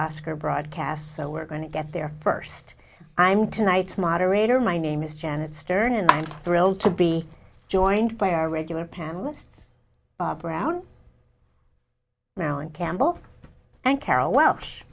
oscar broadcast so we're going to get there first i'm tonight's moderator my name is janet stern and i'm thrilled to be joined by our regular panelists bob brown marilyn campbell and carole wel